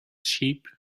sheep